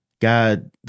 God